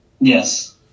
Yes